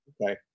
Okay